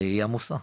היא עמוסה,